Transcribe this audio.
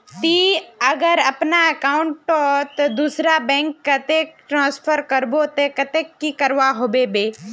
ती अगर अपना अकाउंट तोत दूसरा बैंक कतेक ट्रांसफर करबो ते कतेक की करवा होबे बे?